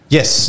Yes